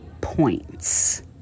points